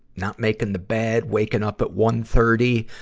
not making the bed, waking up at one thirty,